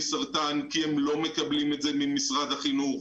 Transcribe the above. סרטן כי הם לא מקבלים את זה ממשרד החינוך